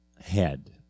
head